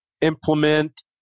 implement